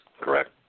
Correct